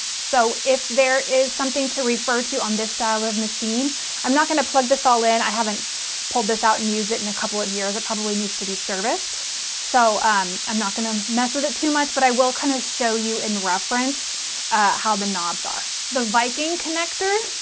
so if there is something to refer to on this style of machine i'm not going to plug this all in i haven't pulled this out and use it in a couple of years it probably needs to be serviced so um i'm not gonna mess with it too much but i will kind of show you in reference how the knobs are. the viking connector,